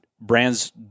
brands